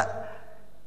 אדוני היושב-ראש,